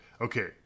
okay